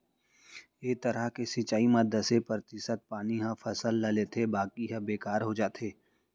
ए तरह के सिंचई म दसे परतिसत पानी ह फसल ल लेथे बाकी ह बेकार हो जाथे